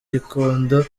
gikondo